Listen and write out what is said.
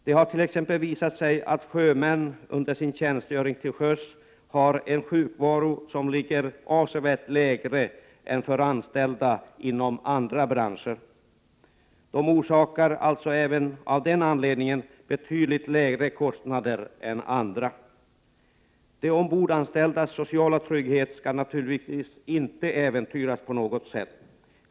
Det har t.ex. visat sig att sjömän under tjänstgöring till sjöss har betydligt färre antal sjukdagar än anställda inom andra branscher. De orsakar alltså även av den anledningen betydligt lägre kostnader än andra. De ombordanställdas sociala trygghet skall naturligtvis inte äventyras.